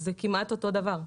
זה כמעט אותו הדבר.